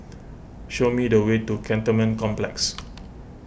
show me the way to Cantonment Complex